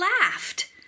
laughed